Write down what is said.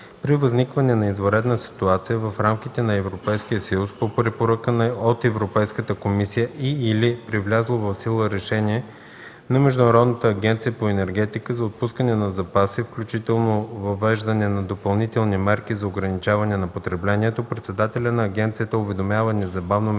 При възникване на извънредна ситуация в рамките на Европейския съюз, по препоръка от Европейската комисия и/или при влязло в сила решение на Международната агенция по енергетика за отпускане на запаси, включително въвеждане на допълнителни мерки за ограничаване на потреблението, председателят на агенцията уведомява незабавно министъра